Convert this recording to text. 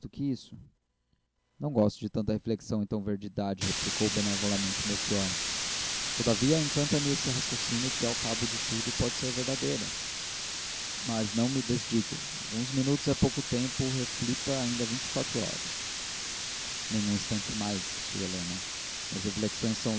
que isso não gosto de tanta reflexão em tão verde idade replicou benevolamente melchior todavia encanta me esse raciocínio que ao cabo de tudo pode ser verdadeiro mas não me desdigo alguns minutos é pouco tempo reflita ainda vinte e quatro horas nem um instante mais insistiu helena minhas reflexões são